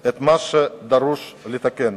את מה שדרוש לתקן.